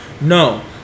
No